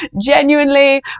genuinely